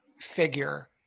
figure